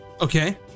Okay